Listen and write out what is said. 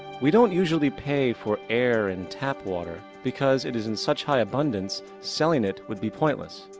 we don't usually pay for air and tap water, because it is in such high abundance, selling it would be pointless.